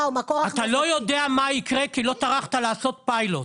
אתה לא יודע מה יקרה כי לא טרחת לעשות פיילוט,